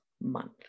month